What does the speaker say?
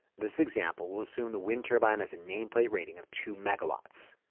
this example, we'll assume the wind turbine has a nameplate rating of two megawatts.